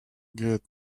get